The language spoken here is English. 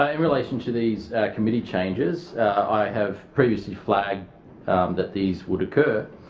ah in relation to these committee changes i have previously flagged that these would occur.